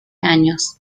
años